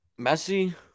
Messi